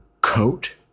coat